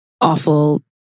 awful